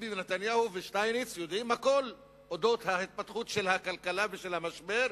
וביבי ונתניהו ושטייניץ יודעים הכול על אודות התפתחות הכלכלה והמשבר,